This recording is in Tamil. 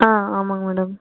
ஆ ஆமாங்க மேடம்